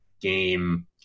game